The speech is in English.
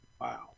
Wow